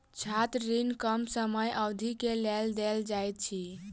छात्र ऋण कम समय अवधि के लेल देल जाइत अछि